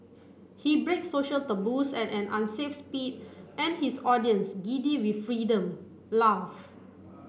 he breaks social taboos at an unsafe speed and his audience giddy with freedom laugh